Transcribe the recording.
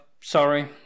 sorry